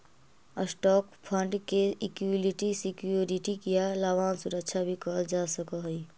stock fund के equity security या लाभांश सुरक्षा भी कहल जा सकऽ हई